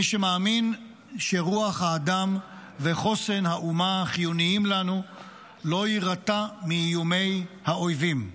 מי שמאמין שרוח האדם וחוסן האומה חיוניים לנו לא יירתע מאיומי האויבים.